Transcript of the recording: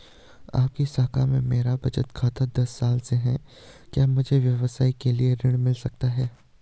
आपकी शाखा में मेरा बचत खाता दस साल से है क्या मुझे व्यवसाय के लिए ऋण मिल सकता है?